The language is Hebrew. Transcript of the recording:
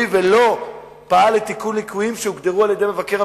ולא פעל לתיקון ליקויים שהוגדרו על-ידי מבקר המדינה.